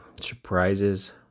surprises